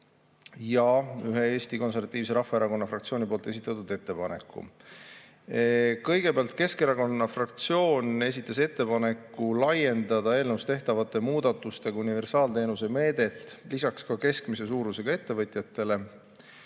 ja ühe Eesti Konservatiivse Rahvaerakonna fraktsiooni esitatud ettepaneku. Kõigepealt, Eesti Keskerakonna fraktsioon esitas ettepaneku laiendada eelnõus tehtavate muudatustega universaalteenuse meedet ka keskmise suurusega ettevõtetele.